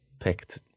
picked